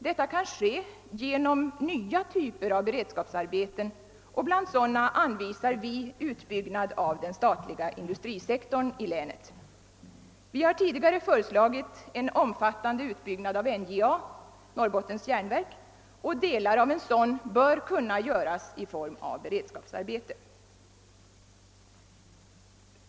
Detta kan ske genom nya typer av beredskapsarbeten, och bland sådana anvisar vi en utbyggnad av den statliga industrisektorn i länet. Vi har tidigare föreslagit en omfattande utbyggnad av NJA, och delar av en sådan bör kunna göras i form av beredskapsarbete.